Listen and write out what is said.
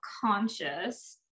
conscious